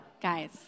Guys